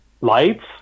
lights